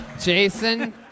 Jason